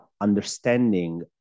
understanding